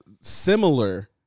similar